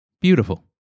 Beautiful